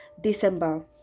December